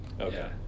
Okay